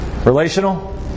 Relational